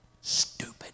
Stupid